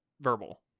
verbal